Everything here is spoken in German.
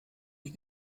die